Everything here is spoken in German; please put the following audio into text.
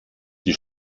die